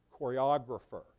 Choreographer